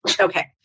Okay